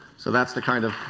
so that's the kind of